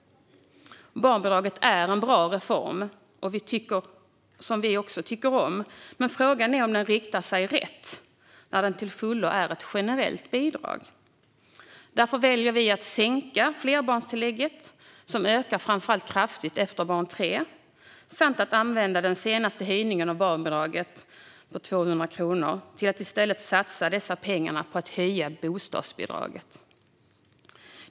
Barnbidraget är en bra reform som vi tycker om, men frågan är om det riktar sig rätt när det till fullo är ett generellt bidrag. Därför väljer vi att sänka flerbarnstillägget, som ökar kraftigt framför allt efter barn tre, samt att använda den senaste höjningen av barnbidraget på 200 kronor till att i stället satsa dessa pengar på att höja bostadsbidraget.